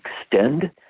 extend